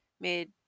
made